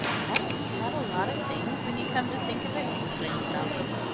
haven't we had a lot of things, when you come to think of it? exclaimed malcolm.